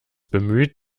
bemüht